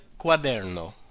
quaderno